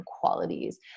qualities